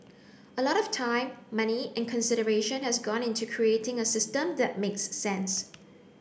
a lot of time money and consideration has gone into creating a system that makes sense